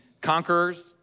conquerors